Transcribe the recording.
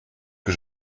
que